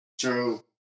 True